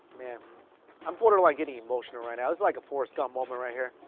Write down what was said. man i'm borderline getting emotional right now. it was like a forrest gump moment right here.